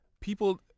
People